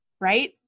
right